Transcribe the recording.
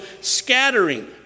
scattering